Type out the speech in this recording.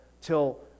till